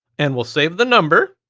and we'll save the number.